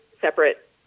separate